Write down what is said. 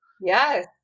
Yes